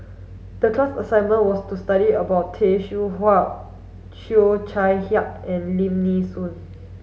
the class assignment was to study about Tay Seow Huah Cheo Chai Hiang and Lim Nee Soon